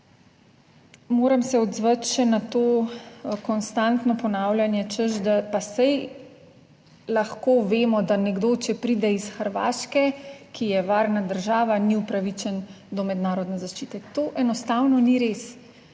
moram se odzvati še na to konstantno ponavljanje, češ, da pa, saj lahko vemo, da nekdo, če pride iz Hrvaške, ki je varna država, ni upravičen do mednarodne zaščite. To enostavno ni res.